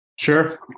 Sure